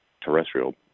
terrestrial